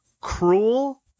Cruel